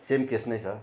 same case नै छ